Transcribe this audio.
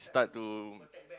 start to